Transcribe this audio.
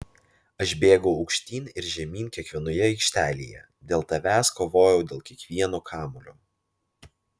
aš bėgau aukštyn ir žemyn kiekvienoje aikštelėje dėl tavęs kovojau dėl kiekvieno kamuolio